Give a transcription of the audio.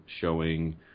showing